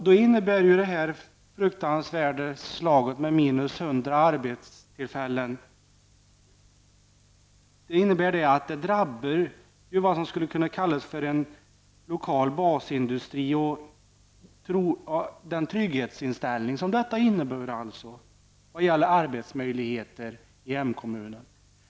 Det här fruktansvärda slaget med minus 100 arbetstillfällen drabbar vad som skulle kunna kallas för en lokal basindustri och den trygghet som den har utgjort vad gäller arbetsmöjligheter i hemkommunen.